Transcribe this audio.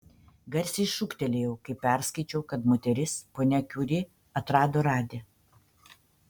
garsiai šūktelėjau kai perskaičiau kad moteris ponia kiuri atrado radį